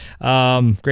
Great